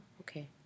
Okay